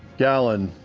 gallan,